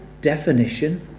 definition